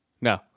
No